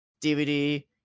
DVD